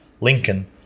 Lincoln